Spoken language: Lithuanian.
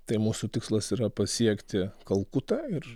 tai mūsų tikslas yra pasiekti kalkutą ir